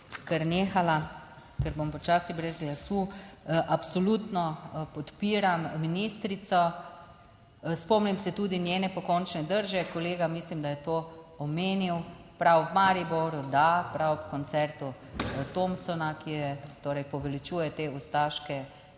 kar nehala, ker bom počasi brez glasu. Absolutno podpiram ministrico. Spomnim se tudi njene pokončne drže, kolega mislim, da je to omenil, prav v Mariboru, da prav ob koncertu Thompsona, ki je, torej poveličuje te ustaške